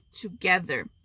together